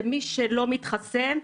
שמי שלא מתחסן,